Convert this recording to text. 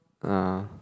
uh